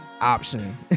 option